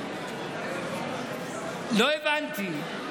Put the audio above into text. לא הבנתי.